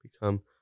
become